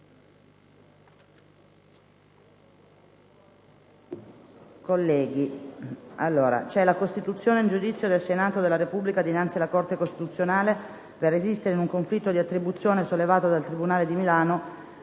Commissione. **Costituzione in giudizio del Senato della Repubblica dinanzi alla Corte costituzionale per resistere in un conflitto di attribuzione sollevato dal Tribunale di Milano